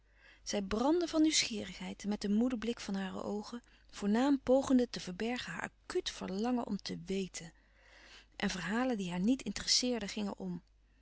zij brandde van nieuwsgierigheid met den moeden blik van hare oogen voornaam pogende te verbergen haar acuut verlangen om te weten en verhalen die haar niet interesseerden gingen om